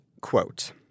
quote